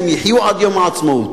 הם יחיו עד יום העצמאות.